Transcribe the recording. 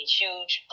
huge